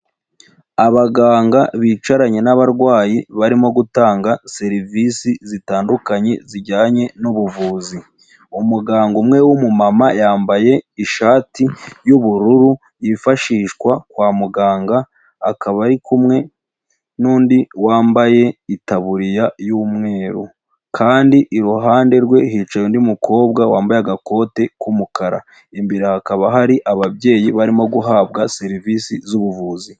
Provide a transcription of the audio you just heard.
Abaganga bicaranye n'abarwayi barimo gutanga serivisi zitandukanye zijyanye n'ubuvuzi, umuganga umwe w'umumama yambaye ishati y'ubururu yifashishwa kwa muganga akaba ari kumwe n'undi wambaye itaburiya y'umweru kandi iruhande rwe hicaye undi mukobwa wambaye agakote k'umukara, imbere hakaba hari ababyeyi barimo guhabwa serivisi z'ubuvuzi.